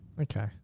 Okay